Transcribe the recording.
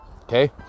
okay